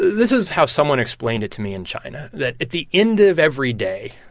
this is how someone explained it to me in china, that, at the end of every day,